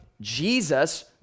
Jesus